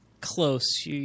close